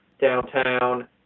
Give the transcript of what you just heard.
downtown